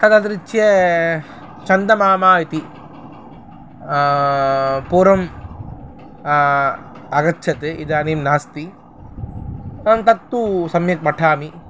तदतिरिच्य चन्दमामा इति पूर्वम् आगच्छति इदानीं नास्ति अहं तत्तु सम्यक् पठामि